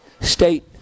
state